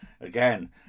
again